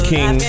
King